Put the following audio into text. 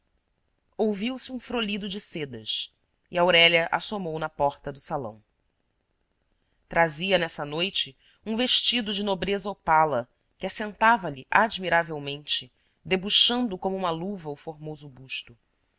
ouviu-se um frolido de sedas e aurélia assomou na porta do salão trazia nessa noite um vestido de nobreza opala que assentava lhe admiravelmente debuxando como uma luva o formoso busto